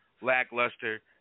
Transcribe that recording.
lackluster